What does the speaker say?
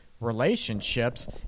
relationships